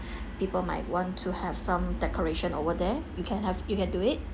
people might want to have some decoration over there you can have you can do it